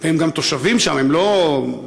והם גם תושבים שם ולא בירושלים,